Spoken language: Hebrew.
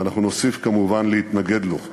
ואנחנו נוסיף כמובן להתנגד לו.